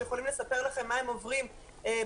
שיכולים לספר לכם מה הם עוברים בשטח.